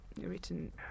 written